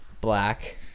black